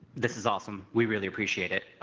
this is awesome. we really appreciate it.